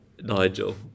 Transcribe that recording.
Nigel